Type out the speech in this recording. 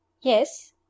yes